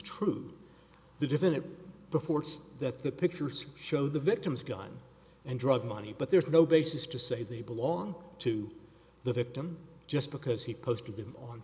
true the defendant before that the pictures show the victim's gun and drug money but there's no basis to say they belong to the victim just because he posted